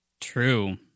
True